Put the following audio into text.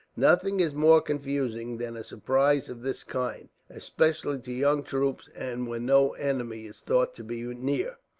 nothing is more confusing than a surprise of this kind, especially to young troops, and when no enemy is thought to be near.